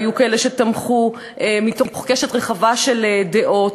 והיו כאלה שתמכו מתוך קשת רחבה של דעות,